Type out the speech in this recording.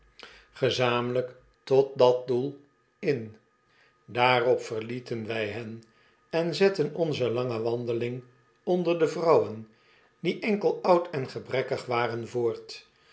tot dat doel in daarop verlieten wij hen on zett'en onze lange wandeling onder de vrouwen die enkel oud en gebrekkelijk waren voort